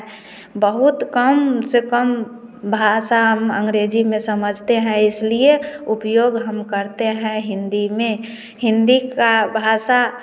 बहुत कम से कम भाषा हम अंग्रेजी में समझते हैं इसलिए उपयोग हम करते हैं हिंदी में हिंदी का भाषा